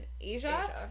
Asia